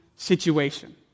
situation